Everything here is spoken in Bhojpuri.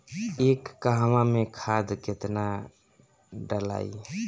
एक कहवा मे खाद केतना ढालाई?